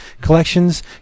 collections